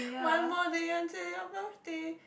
one more day until your birthday